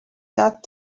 not